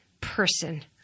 person